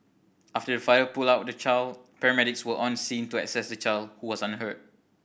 after the father pulled out the child paramedics were on scene to assess the child who was unhurt